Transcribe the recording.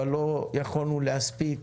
אבל לא יכולנו להספיק,